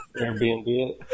Airbnb